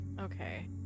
okay